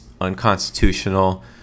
unconstitutional